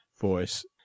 voice